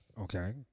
Okay